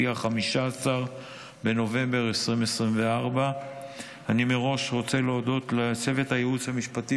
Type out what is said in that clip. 15 בנובמבר 2024. אני מראש רוצה להודות לצוות הייעוץ המשפטי